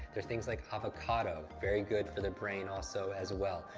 they're things like avocado, very good for the brain also as well.